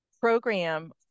program